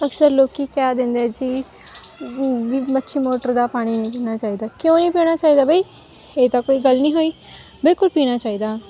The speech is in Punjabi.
ਅਕਸਰ ਲੋਕ ਕਹਿ ਦਿੰਦੇ ਜੀ ਵੀ ਮੱਛੀ ਮੋਟਰ ਦਾ ਪਾਣੀ ਨਹੀਂ ਪੀਣਾ ਚਾਹੀਦਾ ਕਿਉਂ ਨਹੀਂ ਪੀਣਾ ਚਾਹੀਦਾ ਬਈ ਇਹ ਤਾਂ ਕੋਈ ਗੱਲ ਨਹੀਂ ਹੋਈ ਬਿਲਕੁਲ ਪੀਣਾ ਚਾਹੀਦਾ